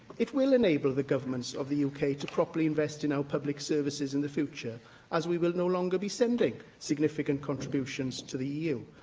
it will enable the governments of the uk to properly invest in our public services in the future as we will no longer be sending significant contributions to the eu.